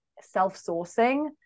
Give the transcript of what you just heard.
self-sourcing